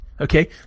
Okay